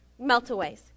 Meltaways